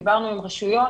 דיברנו עם רשויות.